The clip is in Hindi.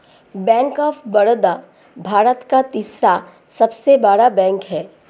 बैंक ऑफ़ बड़ौदा भारत का तीसरा सबसे बड़ा बैंक हैं